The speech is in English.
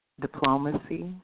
diplomacy